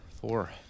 Four